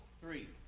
three